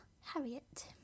Harriet